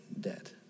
dead